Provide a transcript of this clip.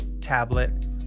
tablet